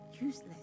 useless